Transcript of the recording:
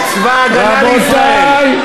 יש צבא הגנה לישראל.